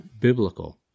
biblical